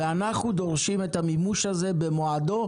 ואנחנו דורשים את המימוש הזה במועדו,